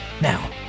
Now